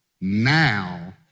now